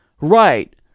Right